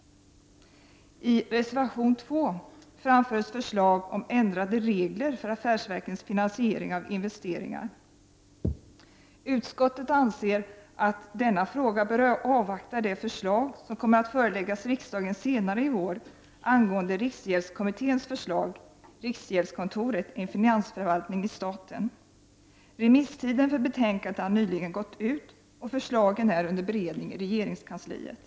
I reservation 2 framförs förslag om ändrade regler för affärsverkens finansiering av investeringar. Utskottet anser att man i denna fråga bör avvakta de förslag som kommer att föreläggas riksdagen senare i vår med anledning av riksgäldskommitténs betänkande Riksgäldskontoret — en finansförvaltning i staten. Remisstiden för betänkandet har nyligen gått ut, och förslagen är under beredning i regeringskansliet.